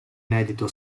inedito